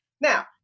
Now